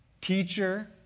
teacher